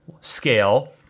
scale